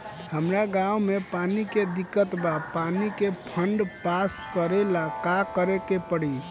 हमरा गॉव मे पानी के दिक्कत बा पानी के फोन्ड पास करेला का करे के पड़ी?